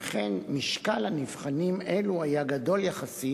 וכן: משקל נבחנים אלו היה גדול יחסית